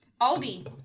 Aldi